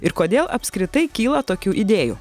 ir kodėl apskritai kyla tokių idėjų